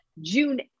June